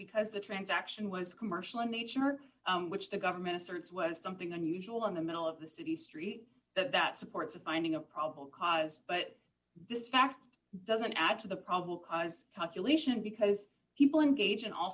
because the transaction was commercial in nature which the government asserts was something unusual in the middle of the city street that supports a finding a probable cause but this fact doesn't add to the probable cause calculation because people engage in all